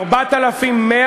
4,100,